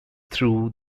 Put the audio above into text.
through